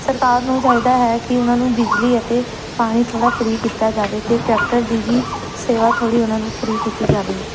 ਸਰਕਾਰ ਨੂੰ ਚਾਹੀਦਾ ਹੈ ਕਿ ਉਹਨਾਂ ਨੂੰ ਬਿਜਲੀ ਅਤੇ ਪਾਣੀ ਥੋੜ੍ਹਾ ਫ੍ਰੀ ਕੀਤਾ ਜਾਵੇ ਅਤੇ ਟਰੈਕਟਰ ਦੀ ਵੀ ਸੇਵਾ ਥੋੜ੍ਹੀ ਉਹਨਾਂ ਨੂੰ ਫ੍ਰੀ ਕੀਤੀ ਜਾਵੇ